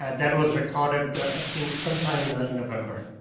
and that was recorded i think sometime in early november.